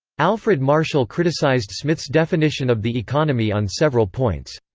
alfred marshall criticised smith's definition of the economy on several points.